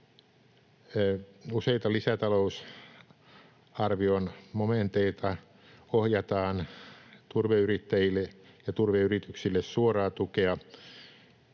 Useilta lisätalousarvion momenteilta ohjataan turveyrittäjille ja turveyrityksille suoraa tukea